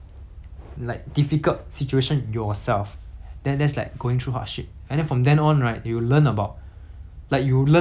then that's like going through hardship and then from then on right you will learn about like you will learn more about yourself then like after